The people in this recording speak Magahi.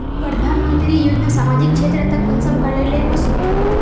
प्रधानमंत्री योजना सामाजिक क्षेत्र तक कुंसम करे ले वसुम?